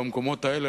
במקומות האלה,